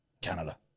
Canada